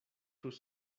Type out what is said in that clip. tus